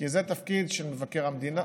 כי זה התפקיד של מבקר המדינה.